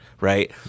Right